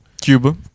Cuba